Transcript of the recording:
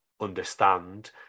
understand